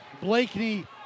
Blakeney